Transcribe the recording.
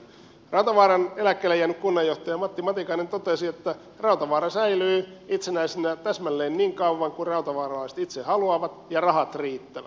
rautavaaran eläkkeelle jäänyt kunnanjohtaja matti matikainen totesi että rautavaara säilyy itsenäisenä täsmälleen niin kauan kuin rautavaaralaiset itse haluavat ja rahat riittävät